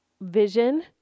vision